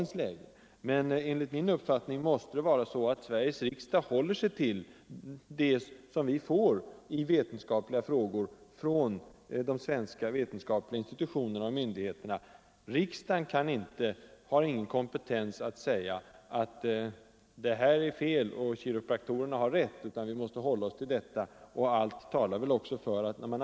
Enligt min uppfattning måste dock Sveriges riksdag i vetenskapliga frågor hålla sig till vad de svenska vetenskapliga institutionerna och myndigheterna säger. Riksdagen har ingen kompetens att uttala sig om vetenskapsmännen har rätt eller om kiropraktorerna har rätt. Vi måste hålla oss till vad vetenskapen säger.